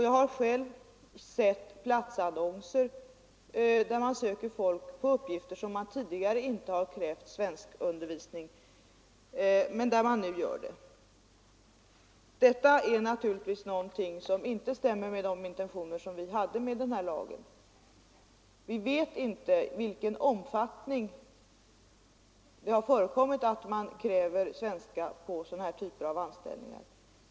Jag har själv sett platsannonser där man söker folk till uppgifter där man tidigare inte krävt kunnighet i svenska, men där man nu gör det. Detta är naturligtvis någonting som inte stämmer med de intentioner vi hade med denna lag. Vi vet inte i vilken omfattning det förekommit att man krävt kunskap i svenska på denna typ av anställningar.